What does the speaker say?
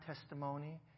testimony